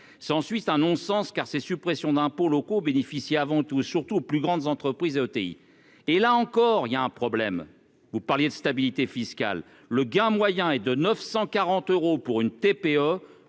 sans suite un un non-sens, car ces suppressions d'impôts locaux bénéficie avant tout surtout aux plus grandes entreprises OTI et là encore il y a un problème, vous parliez de stabilité fiscale, le gain moyen est de 940 euros pour une TPE,